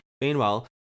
Meanwhile